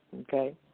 okay